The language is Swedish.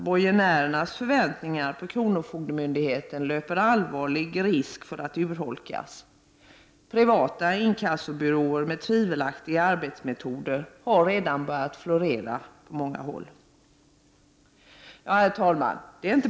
Borgenärernas förväntningar på kronofogdemyndigheten löper också allvarlig risk att urholkas. Privata inkassobyråer med tvivelaktiga arbetsmetoder har redan börjat florera på många håll. Herr talman!